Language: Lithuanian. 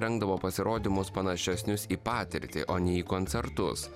rengdavo pasirodymus panašesnius į patirtį o ne į koncertus